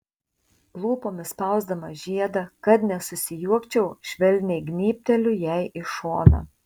lūpomis spausdamas žiedą kad nesusijuokčiau švelniai gnybteliu jai į šoną